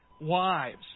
wives